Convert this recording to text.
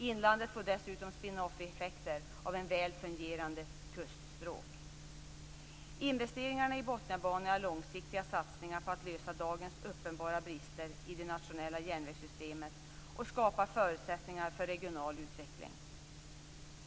Inlandet får dessutom spin-off-effekter av ett väl fungerande kuststråk. Investeringarna i Botniabanan är långsiktiga satsningar på att lösa dagens uppenbara brister i det nationella järnvägssystemet och skapar förutsättningar för regional utveckling.